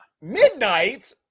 Midnight